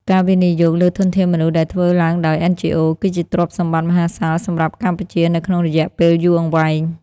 ការវិនិយោគលើធនធានមនុស្សដែលធ្វើឡើងដោយ NGOs គឺជាទ្រព្យសម្បត្តិមហាសាលសម្រាប់កម្ពុជានៅក្នុងរយៈពេលយូរអង្វែង។